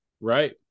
Right